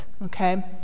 Okay